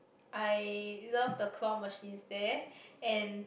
I love the claw machines there and